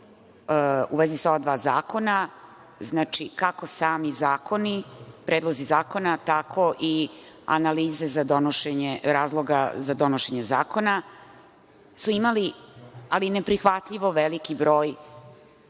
u vezi sa ova dva zakona, znači, kako sami zakoni, predlozi zakona, tako i analize razloga za donošenje zakona su imali neprihvatljivo veliki broj